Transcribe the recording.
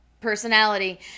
personality